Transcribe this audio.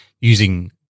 using